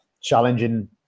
challenging